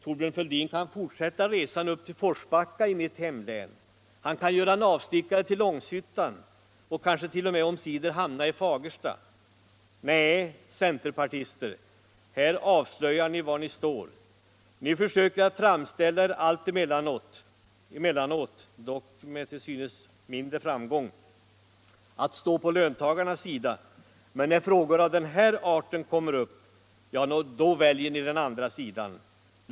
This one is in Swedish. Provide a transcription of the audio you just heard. Thorbjörn Fälldin kan fortsätta resan upp till Forsbacka i mitt hemlän, han kan göra en avstickare till Långshyttan och kanske t.o.m. omsider hamna i Fagersta. Nej, centerpartister, här avslöjar ni var ni står! Ni försöker alltemellanåt framställa er — dock med till synes allt mindre framgång — som om ni står på löntagarnas sida, men när frågor av den här arten kommer upp, ja, då väljer ni den andra sidan.